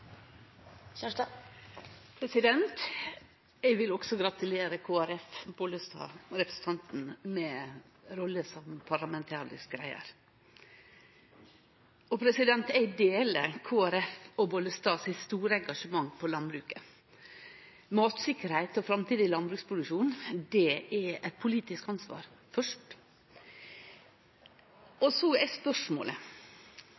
Eg vil også gratulere representanten Bollestad frå Kristeleg Folkeparti med rolla som parlamentarisk leiar. Eg deler Kristelig Folkeparti og Bollestad sitt store engasjement for landbruket. Matsikkerheit og framtidig landbruksproduksjon er eit politisk ansvar først.